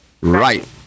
Right